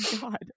god